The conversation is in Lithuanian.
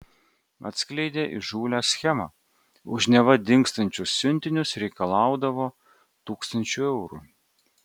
atskleidė įžūlią schemą už neva dingstančius siuntinius reikalaudavo tūkstančių eurų